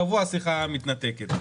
קבוע השיחה מתנתקת.